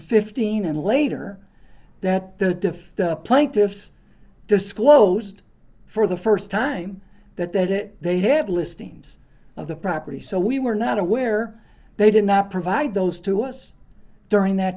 fifteen and later that the diff plaintiffs disclosed for the st time that that it they had listings of the property so we were not aware they did not provide those to us during that